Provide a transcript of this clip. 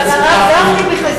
אבל, הרב גפני,